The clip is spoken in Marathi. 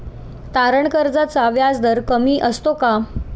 तारण कर्जाचा व्याजदर कमी असतो का?